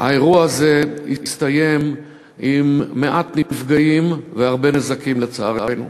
האירוע הזה הסתיים עם מעט נפגעים והרבה נזקים לצערנו.